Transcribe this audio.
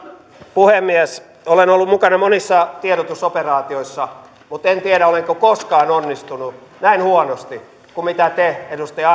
puhemies olen ollut mukana monissa tiedotusoperaatioissa mutta en tiedä olenko koskaan onnistunut näin huonosti kuin te edustaja